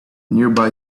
nearby